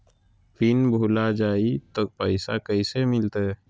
Pin भूला जाई तो पैसा कैसे मिलते?